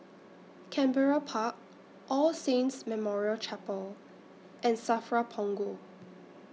Canberra Park All Saints Memorial Chapel and SAFRA Punggol